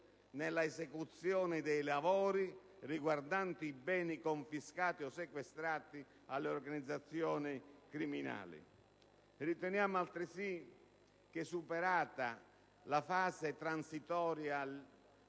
nell'esecuzione dei lavori riguardanti i beni confiscati o sequestrati alle organizzazioni criminali. Riteniamo altresì che, superata la fase transitoria